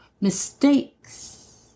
mistakes